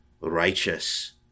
righteous